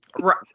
Right